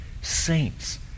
saints